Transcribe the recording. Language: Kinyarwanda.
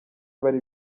bari